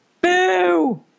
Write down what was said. Boo